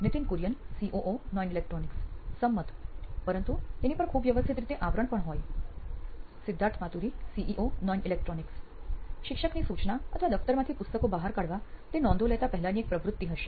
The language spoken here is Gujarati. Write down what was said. Nithin Kurian COO Noin electronics સંમત પરંતુ તેની પર ખૂબ વ્યવસ્થિત રીતે આવરણ હોય Siddharth Maturi CEO Noin electronics શિક્ષકની સૂચના અથવા દફતરમાંથી પુસ્તકો બહાર કાઢવા તે નોંધો લેતા પહેલાની એક પ્રવૃત્તિ હશે